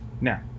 now